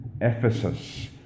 Ephesus